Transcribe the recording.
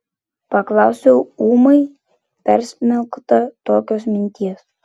paklausiau ūmai persmelkta tokios minties